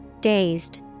Dazed